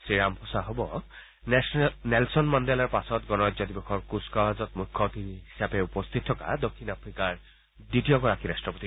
Shri Ramaphosa হ'ব Nelson মেণ্ডেলাৰ পাছত গণৰাজ্য দিৱসৰ কুঁচকাৱাজত মুখ্য অতিথি হিচাপে উপস্থিত থকা দক্ষিণ আফ্ৰিকাৰ দ্বিতীয়গৰাকী ৰাট্টপতি